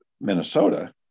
Minnesota